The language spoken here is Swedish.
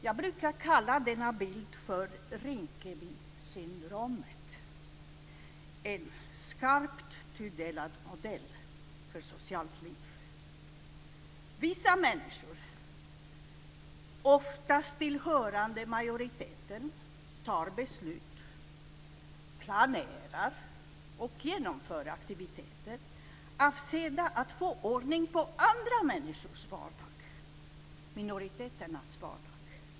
Jag brukar kalla denna bild för Rinkebysyndromet, en skarpt tudelad modell för socialt liv. Vissa människor, oftast tillhörande majoriteten, fattar beslut, planerar och genomför aktiviteter avsedda att få ordning på andra människors vardag, minoriteternas vardag.